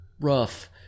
rough